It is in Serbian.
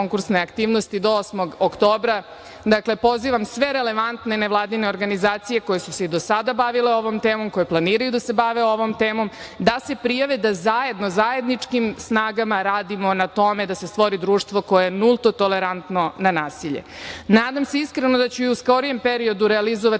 do 8. oktobra, dakle, pozivam sve relevantne nevladine organizacije koje su se i do sada bavile ovom temom, koje planiraju da se bave ovom temom, da se prijave da zajedno, zajednički snagama radimo na tome da se stvori društvo koje je nulto tolerantno na nasilje. Nadam sa iskreno da ću i u skorijem periodu realizovati